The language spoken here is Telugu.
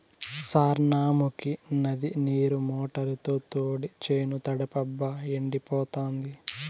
సార్నముకీ నది నీరు మోటారుతో తోడి చేను తడపబ్బా ఎండిపోతాంది